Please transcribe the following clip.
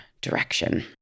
direction